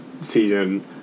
season